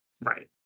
Right